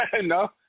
No